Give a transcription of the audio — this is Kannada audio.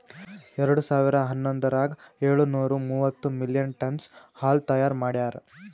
ಎರಡು ಸಾವಿರಾ ಹನ್ನೊಂದರಾಗ ಏಳು ನೂರಾ ಮೂವತ್ತು ಮಿಲಿಯನ್ ಟನ್ನ್ಸ್ ಹಾಲು ತೈಯಾರ್ ಮಾಡ್ಯಾರ್